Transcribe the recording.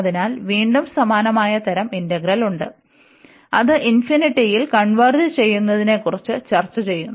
അതിനാൽ വീണ്ടും സമാനമായ തരം ഇന്റഗ്രൽ ഉണ്ട് അത് ഇൻഫിനിറ്റിയിൽ കൺവെർജ് ചെയ്യുന്നതിനെ കുറിച്ച് ചർച്ച ചെയ്യുന്നു